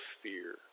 fear